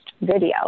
video